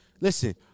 listen